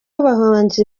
abahanzi